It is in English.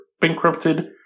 bankrupted